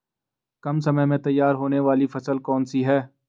कम समय में तैयार होने वाली फसल कौन सी है?